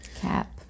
Cap